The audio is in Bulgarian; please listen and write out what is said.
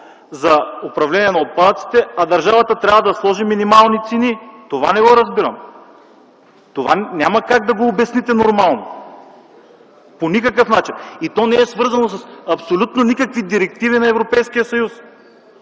за управление на отпадъците, а държавата трябва да сложи минималните цени? Това не го разбирам. Няма как да го обясните нормално по никакъв начин. То не е свързано с абсолютно никакви директиви на Европейския съюз.